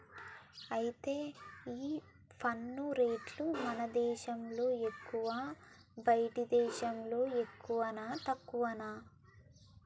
అయితే ఈ పన్ను రేట్లు మన దేశంలో ఎక్కువా బయటి దేశాల్లో ఎక్కువనా తక్కువనా